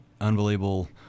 unbelievable